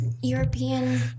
European